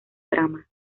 trama